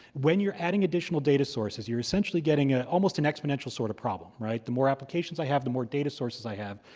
when you're adding additional data sources, you're essentially getting ah almost an exponential sort of problem, right? the more applications i have, the more data sources i have,